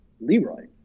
Leroy